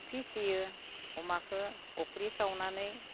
फिसियो अमाखौ अफ्रि सावनानै